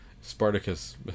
Spartacus